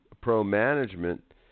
pro-management